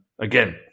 again